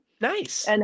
Nice